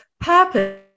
purpose